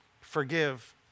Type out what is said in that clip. forgive